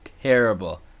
terrible